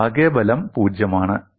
ആകെ ബലം 0 ആണ്